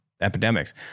epidemics